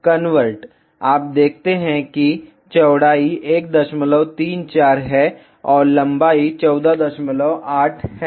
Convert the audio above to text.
convert आप देखते हैं कि चौड़ाई 134 है और लंबाई 148 है